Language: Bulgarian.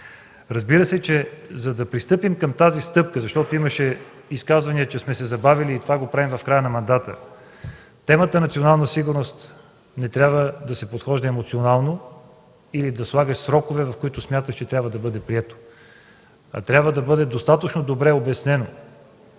Разбира се, че за да пристъпим към тази стъпка, защото имаше изказвания, че сме се забавили и това го правим в края на мандата, към темата „Национална сигурност” не трябва да се подхожда емоционално или да слагаш срокове, в които смяташ, че трябва да бъде приета. Трябва да бъде достатъчно добре обяснено